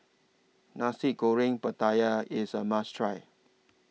Nasi Goreng Pattaya IS A must Try